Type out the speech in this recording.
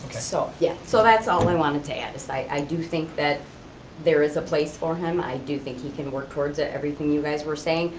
so yeah, so that's all i wanted to add, is i i do think there is a place for him. i do think he can work towards ah everything you guys were saying,